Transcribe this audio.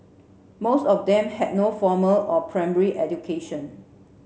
most of them had no formal or primary education